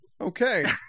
Okay